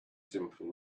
simple